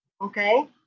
Okay